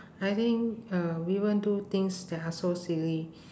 I think uh we won't do things that are so silly